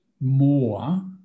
more